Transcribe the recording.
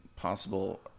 possible